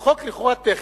הוא חוק לכאורה טכני.